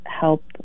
help